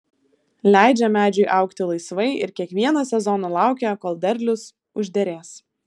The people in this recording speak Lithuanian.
leidžia medžiui augti laisvai ir kiekvieną sezoną laukia kol derlius užderės